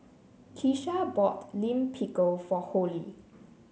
Kisha bought Lime Pickle for Holli